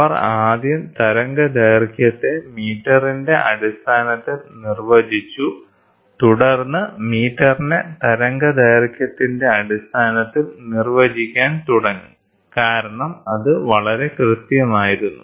അവർ ആദ്യം തരംഗദൈർഘ്യത്തെ മീറ്ററിന്റെ അടിസ്ഥാനത്തിൽ നിർവചിച്ചു തുടർന്ന് മീറ്ററിനെ തരംഗദൈർഘ്യത്തിന്റെ അടിസ്ഥാനത്തിൽ നിർവചിക്കാൻ തുടങ്ങി കാരണം അത് വളരെ കൃത്യമായിരുന്നു